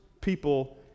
people